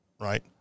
right